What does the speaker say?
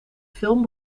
film